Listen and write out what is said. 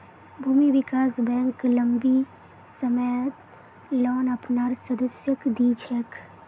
भूमि विकास बैंक लम्बी सम्ययोत लोन अपनार सदस्यक दी छेक